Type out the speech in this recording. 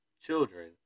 children